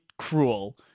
Cruel